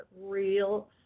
real